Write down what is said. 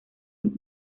team